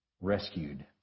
rescued